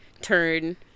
turn